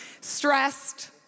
stressed